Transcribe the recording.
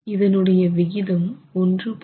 இதனுடைய விகிதம் 1